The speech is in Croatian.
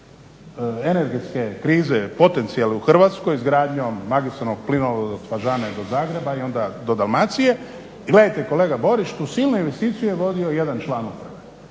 energentske krize, potencijale u Hrvatskoj izgradnjom magistralnog plinovoda od Fažane do Zagreba i onda do Dalmacije. Gledajte kolega Borić, tu silnu investiciju je vodio jedan član i dođe